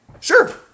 sure